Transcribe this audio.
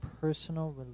personal